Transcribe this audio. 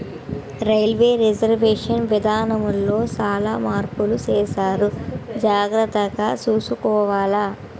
railway reservation విధానములో సాలా మార్పులు సేసారు జాగర్తగ సూసుకోవాల